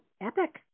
epic